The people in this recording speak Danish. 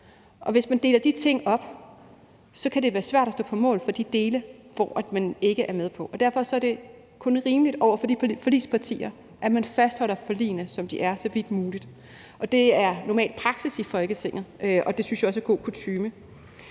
Og hvis man deler de ting op, kan det være svært at stå på mål for de dele, som man ikke er med på. Derfor er det kun rimeligt over for de forligspartier, at man så vidt muligt fastholder forligene, som de er. Det er normal praksis i Folketinget, og det synes jeg også er god kutyme.